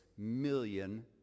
million